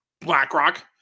BlackRock